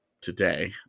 today